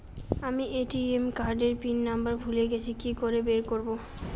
আমি ATM card এর PIN number ভুলে গেছি কি করে বের করব?